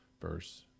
Verse